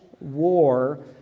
war